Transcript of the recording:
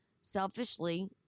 selfishly